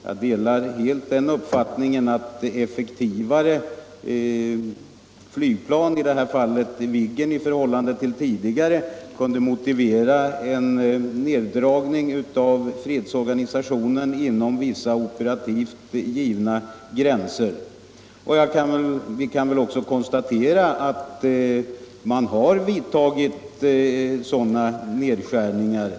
Jag delar helt den uppfattningen att effektivare flygplan, i det här fallet Viggen, i förhållande till tidigare kunde motivera en neddragning av fredsorganisationen inom vissa operativt givna gränser. Vi kan väl också konstatera att man har vidtagit sådana nedskärningar.